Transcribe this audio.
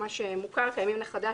יש המפלגה שמוכרת בשם הימין החדש,